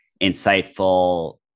insightful